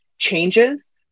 changes